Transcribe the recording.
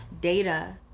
data